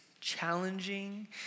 challenging